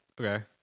Okay